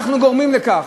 אנחנו גורמים לכך,